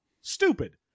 stupid